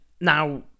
now